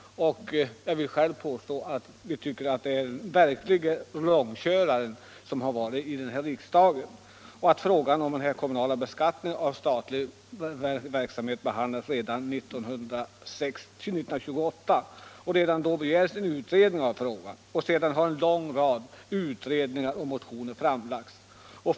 Jag vill påstå att detta är den verkliga långköraren i riksdagen, eftersom frågan togs upp redan 1928. Det begärdes då en utredning. Sedan dess har en lång rad utredningar framlagts och motioner väckts.